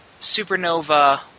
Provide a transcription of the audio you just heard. supernova